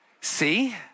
see